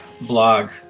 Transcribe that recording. blog